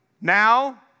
Now